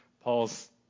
Paul's